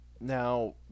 now